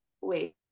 wait